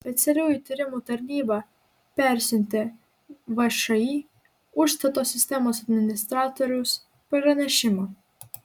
specialiųjų tyrimų tarnyba persiuntė všį užstato sistemos administratorius pranešimą